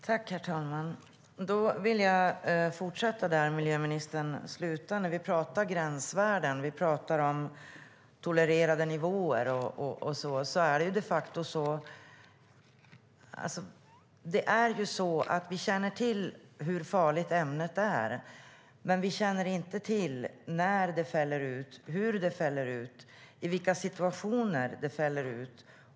Herr talman! Då vill jag fortsätta där miljöministern slutade. När vi pratar om gränsvärden pratar vi om tolererade nivåer. Vi känner till hur farligt ämnet är, men vi känner inte till när det fäller ut, hur det fäller ut och i vilka situationer det fäller ut.